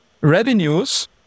revenues